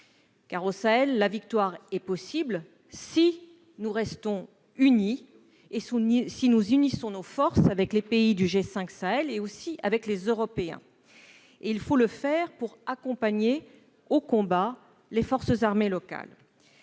Au Sahel, la victoire est effectivement possible si nous restons unis, si nous unissons nos forces avec les pays du G5 Sahel et avec les Européens. Il faut le faire pour accompagner au combat les forces armées locales.